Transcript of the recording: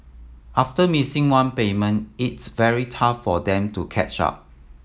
after missing one payment it's very tough for them to catch up